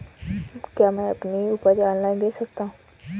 क्या मैं अपनी उपज ऑनलाइन बेच सकता हूँ?